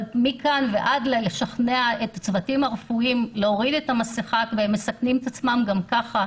אבל מכאן ועד לשכנע צוותים רפואיים שמסכנים את עצמם גם ככה,